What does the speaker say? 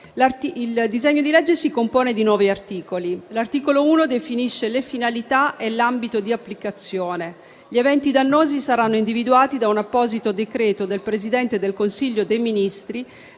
Il disegno di legge si compone di 9 articoli. L'articolo 1 definisce le finalità e l'ambito di applicazione. Gli eventi dannosi saranno individuati da un apposito decreto del Presidente del Consiglio dei ministri,